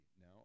Now